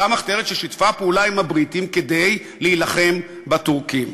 אותה מחתרת ששיתפה פעולה עם הבריטים כדי להילחם בטורקים.